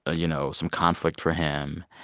ah you know, some conflict for him.